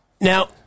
Now